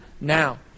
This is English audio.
now